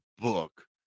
book